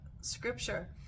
scripture